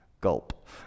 gulp